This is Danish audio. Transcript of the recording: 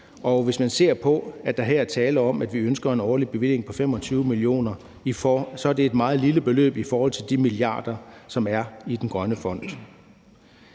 Hvis man ser på, at der her er tale om, at vi ønsker en årlig bevilling på 25 mio. kr., er det et meget lille beløb i forhold til de milliarder, der er i den grønne fond.